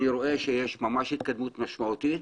אני רואה שיש ממש התקדמות משמעותית